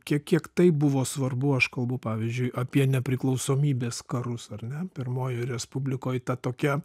kiek kiek tai buvo svarbu aš kalbu pavyzdžiui apie nepriklausomybės karus ar ne pirmoji respublikoj ta tokia